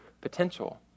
potential